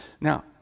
Now